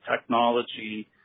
technology